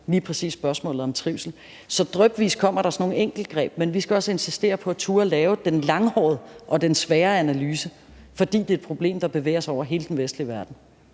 lige præcis spørgsmålet om trivsel. Så der kommer drypvis sådan nogle enkeltgreb, men vi skal også insistere på at turde lave den langhårede og den svære analyse, fordi det er et problem, der bevæger sig rundt i hele den vestlige verden.